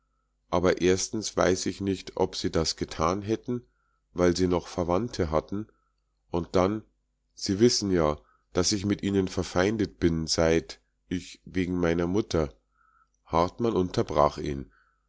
aber erstens weiß ich nicht ob sie das getan hätten weil sie noch verwandte hatten und dann sie wissen ja daß ich mit ihnen verfeindet bin seit ich wegen meiner mutter hartmann unterbrach ihn